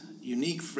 unique